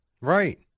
Right